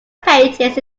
pages